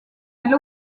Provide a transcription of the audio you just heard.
elle